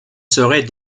serait